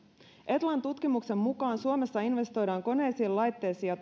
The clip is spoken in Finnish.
etlan tutkimuksen mukaan suomessa investoidaan koneisiin laitteisiin ja